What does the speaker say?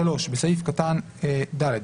(3)בסעיף קטן (ד),